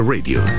Radio